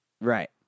Right